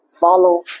Follow